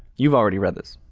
you've already read this.